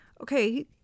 okay